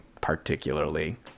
particularly